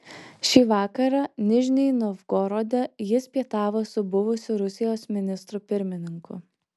šį vakarą nižnij novgorode jis pietavo su buvusiu rusijos ministru pirmininku